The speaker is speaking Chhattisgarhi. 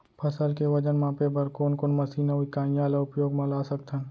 फसल के वजन मापे बर कोन कोन मशीन अऊ इकाइयां ला उपयोग मा ला सकथन?